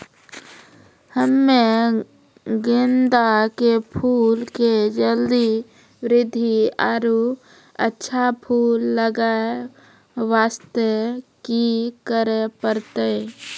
हम्मे गेंदा के फूल के जल्दी बृद्धि आरु अच्छा फूल लगय वास्ते की करे परतै?